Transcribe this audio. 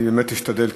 אני באמת אשתדל,